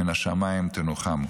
מן השמיים תנוחמו.